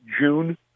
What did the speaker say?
June